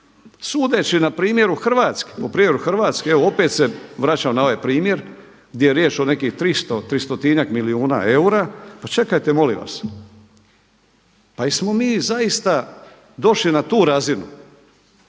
Sudeći na primjeru Hrvatske, evo opet se vraćam na ovaj primjer gdje je riječ o nekih 300, tristotinjak milijuna eura. Pa čekajte molim vas, pa jesmo li mi zaista došli na tu razinu.